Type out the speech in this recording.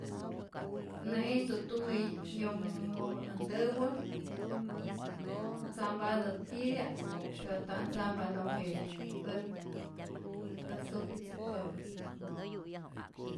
Nä'ijtu't tumä yoomopä äj ntäwä tzampatä titya'p pero nta't ntzampa lo que ät ät sufritzäkpapä't.